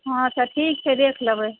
हँ अच्छा ठीक छै देख लेबै